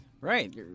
Right